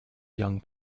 young